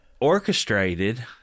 orchestrated